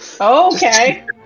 Okay